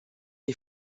est